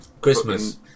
Christmas